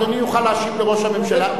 אדוני יוכל להשיב לראש הממשלה,